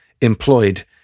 employed